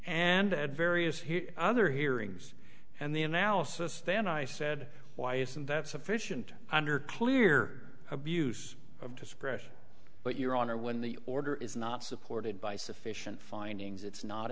and at various here other hearings and the analysis then i said why isn't that sufficient under clear abuse of discretion but your honor when the order is not supported by sufficient findings it's not